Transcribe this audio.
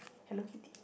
Hello-Kitty